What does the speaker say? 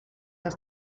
das